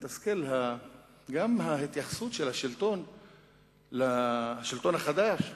מתסכלת גם ההתייחסות של השלטון החדש לערכים,